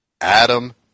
Adam